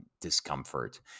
discomfort